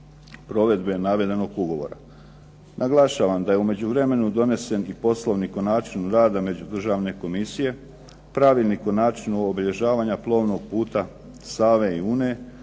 provedbe navedenog ugovora. Naglašavam da je u međuvremenu donesen i poslovnik o način u rada međudržavne komisije, pravilnik o načinu obilježavanja plovnog puta Save i Une,